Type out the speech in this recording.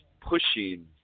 pushing